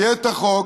יהיה את החוק,